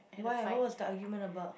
why what was the argument about